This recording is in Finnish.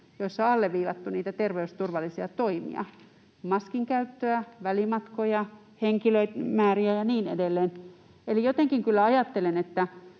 joissa on alleviivattu niitä terveysturvallisia toimia — maskin käyttöä, välimatkoja, henkilömääriä ja niin edelleen. Eli jotenkin kyllä ajattelen,